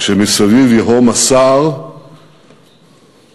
כשמסביב ייהום הסער והסהר,